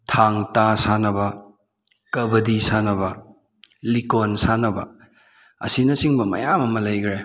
ꯊꯥꯡ ꯇꯥ ꯁꯥꯟꯅꯕ ꯀꯕꯗꯤ ꯁꯥꯟꯅꯕ ꯂꯤꯛꯀꯣꯟ ꯁꯥꯟꯅꯕ ꯑꯁꯤꯅꯆꯤꯡꯕ ꯃꯌꯥꯝ ꯑꯃ ꯂꯩꯈꯔꯦ